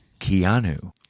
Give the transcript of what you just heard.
Keanu